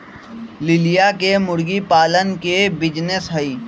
लिलिया के मुर्गी पालन के बिजीनेस हई